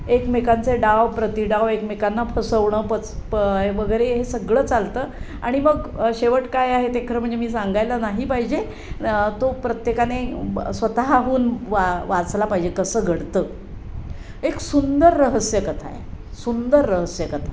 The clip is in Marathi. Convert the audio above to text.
एकमेकांचे डाव प्रतिडाव एकमेकांना फसवणं पच प वगैरे हे सगळं चालतं आणि मग शेवट काय आहे ते खरं म्हणजे मी सांगायला नाही पाहिजे न तो प्रत्येकाने ब स्वतः होऊन वा वाचला पाहिजे कसं घडतं एक सुंदर रहस्यकथा आहे सुंदर रहस्यकथा